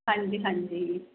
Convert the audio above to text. ਹਾਂਜੀ ਹਾਂਜੀ